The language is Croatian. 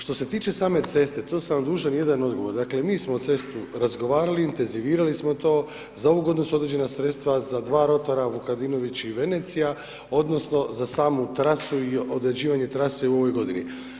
Što se tiče same ceste, to sam vam dužan jedan odgovor, dakle mi smo cestu, razgovarali, intenzivirali smo to, za ovu godinu su određena sredstva za dva rotora Vukadinović i Venecija, odnosno za samu trasu i određivanje trase u ovoj godini.